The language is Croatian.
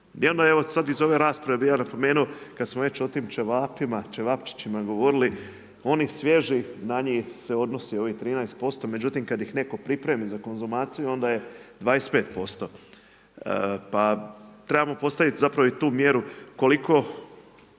I onda evo sad iz ove rasprave bih ja napomenuo kada smo već o tim ćevapima, ćevapčićima govorili onih svježih na njih se odnosi ovih 13%, međutim kad ih netko pripremi za konzumaciju onda je 25%. Pa trebamo postaviti zapravo i tu mjeru koliko